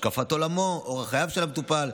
השקפת עולמו ואורח חייו של המטופל.